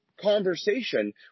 conversation